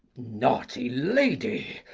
naughty lady,